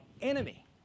enemy